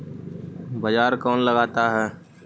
बाजार कौन लगाता है?